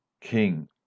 king